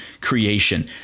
creation